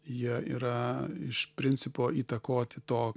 jie yra iš principo įtakoti to